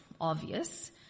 obvious